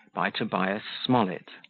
by tobias smollett